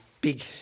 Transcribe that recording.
big